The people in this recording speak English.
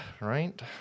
Right